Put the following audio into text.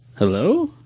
Hello